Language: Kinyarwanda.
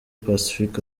pacific